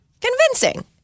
convincing